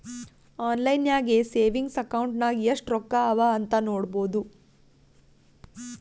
online ನಾಗೆ savings account ನಾಗ್ ಎಸ್ಟ್ ರೊಕ್ಕಾ ಅವಾ ಅಂತ್ ನೋಡ್ಬೋದು